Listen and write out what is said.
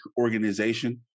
organization